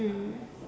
mm